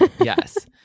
yes